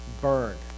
burned